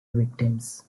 victims